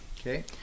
Okay